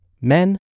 men